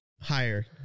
higher